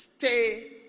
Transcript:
Stay